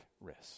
risk